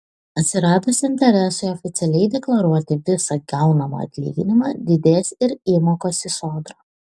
atsiradus interesui oficialiai deklaruoti visą gaunamą atlyginimą didės ir įmokos į sodrą